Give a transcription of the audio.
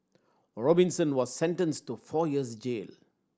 Robinson was sentenced to four years jail